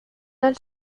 del